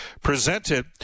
presented